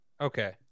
Okay